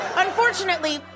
Unfortunately